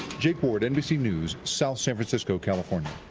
jake ward, nbc news, south san francisco, california.